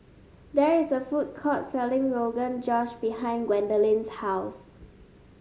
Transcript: there is a food court selling Rogan Josh behind Gwendolyn's house